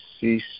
cease